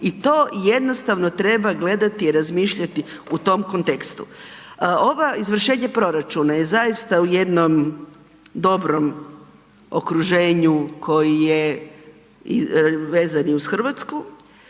i to jednostavno treba gledati i razmišljati u tom kontekstu. Ova izvršenje proračuna je zaista u jednog dobrom okruženju koji je vezan i uz Hrvatsku.